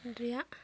ᱨᱮᱭᱟᱜ